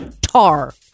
Tar